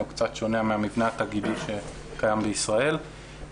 קצת שונה מהמבנה התאגידי שקיים בישראל.